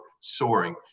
soaring